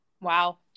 Wow